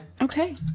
Okay